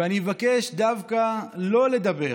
ואני מבקש דווקא לא לדבר